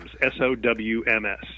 S-O-W-M-S